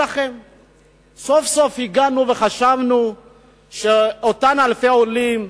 סוף-סוף הגענו, וחשבנו שאותם אלפי עולים,